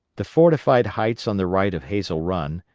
the fortified heights on the right of hazel run,